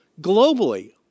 globally